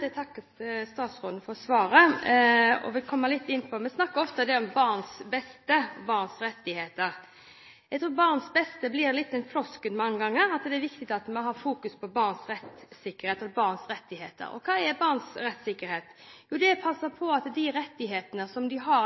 Jeg takker statsråden for svaret. Vi snakker ofte om barns beste og barns rettigheter. Jeg tror barns beste lett blir en floskel mange ganger. Det er viktig at vi har fokus på barns rettssikkerhet og barns rettigheter. Og hva er barns rettssikkerhet? Jo, det er å passe på at deres